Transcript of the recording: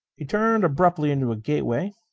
he turned abruptly into a gateway,